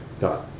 got